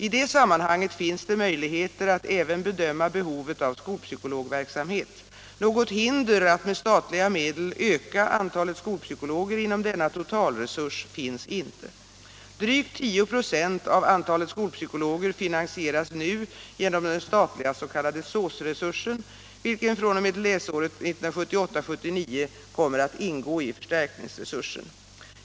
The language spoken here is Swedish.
I det sammanhanget finns det möjligheter att även bedöma behovet av skolpsykologverksamhet. Något hinder att med statliga medel öka antalet skolpsykologer inom denna totalresurs finns inte. Drygt 10 96 av antalet skolpsykologer finansieras nu genom den statliga s.k. SÅS resursen, vilken fr.o.m. läsåret 1978/79 kommer att ingå i förstärkningsresursen.